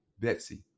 Betsy